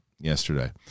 yesterday